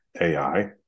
AI